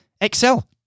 excel